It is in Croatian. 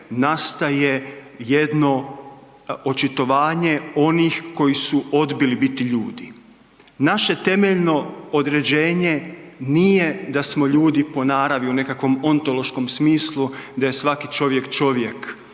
nastaje jedno očitovanje onih koji su odbili biti ljudi. Naše temeljno određenje nije da smo ljudi po naravi u nekakvom ontološkom smislu da je svaki čovjek čovjek